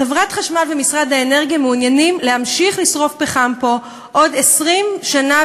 חברת חשמל ומשרד האנרגיה מעוניינים להמשיך לשרוף פה פחם עוד 20 שנה,